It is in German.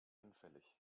hinfällig